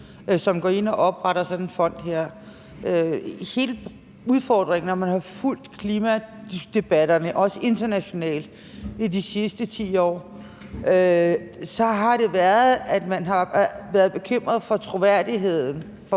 som går ind og støtter oprettelsen af sådan en fond her. Hele udfordringen, når vi har fulgt klimadebatten, også internationalt, i de sidste 10 år, har været, at der har været bekymring for troværdigheden over